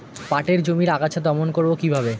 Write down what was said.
পাটের জমির আগাছা দমন করবো কিভাবে?